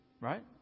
right